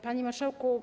Panie Marszałku!